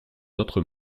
notre